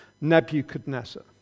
Nebuchadnezzar